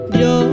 yo